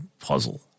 puzzle